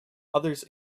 others